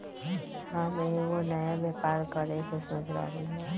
हम एगो नया व्यापर करके सोच रहलि ह